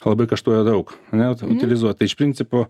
labai kaštuoja daug ane utilizuot tai iš principo